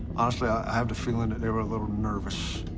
honestly i, i have the feeling that they were a little nervous.